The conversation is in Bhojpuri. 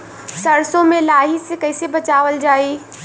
सरसो में लाही से कईसे बचावल जाई?